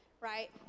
Right